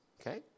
okay